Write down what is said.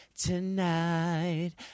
tonight